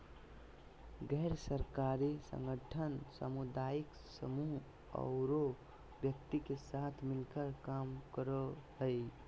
गैर सरकारी संगठन सामुदायिक समूह औरो व्यक्ति के साथ मिलकर काम करो हइ